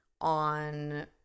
on